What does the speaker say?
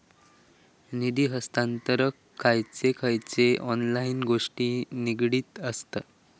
निधी हस्तांतरणाक खयचे खयचे ऑनलाइन गोष्टी निगडीत आसत?